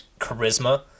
charisma